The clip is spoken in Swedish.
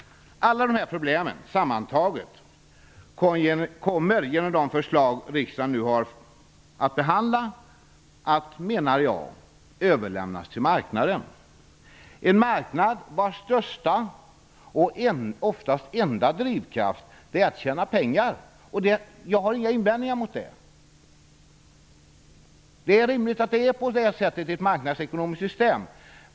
Alla dessa problem sammantagna kommer genom de förslag som riksdagen nu har att behandla att överlämnas till marknaden, en marknad vars största och oftast enda drivkraft är att tjäna pengar och i en del fall, dess värre, tjäna snabba pengar. Jag har inga invändningar mot det. Det är rimligt att det är på det här sättet i ett marknadsekonomiskt system.